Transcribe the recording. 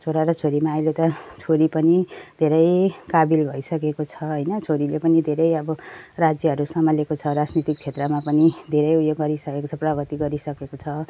छोरा र छोरीमा अहिले त छोरी पनि धेरै काबिल भइसकेको छ होइन छोरीले पनि धेरै अब राज्यहरू सम्हालेको छ राजनीतिक क्षेत्रमा पनि धेरै उयो गरिसकेको छ प्रगति गरिसकेको छ